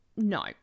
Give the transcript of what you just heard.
No